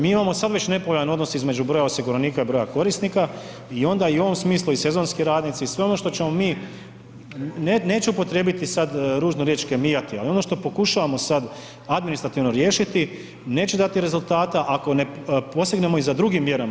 Mi imamo sad već nepovoljan odnos između broja osiguranika i broja korisnika i onda u ovom smislu i sezonski radnici i sve ono što ćemo mi, neću upotrijebiti sad ružnu riječ kemijati, ali ono što pokušavamo sad administrativno riješiti, neće dati rezultata ako ne posegnemo i za drugim mjerama.